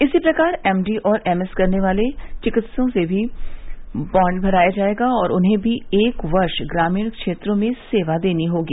इसी प्रकार एमडी और एमएस करने वाले चिकित्सकों से भी बांड भराया जायेगा और उन्हें भी एक वर्ष ग्रामीण क्षेत्रों में सेवा देनी होगी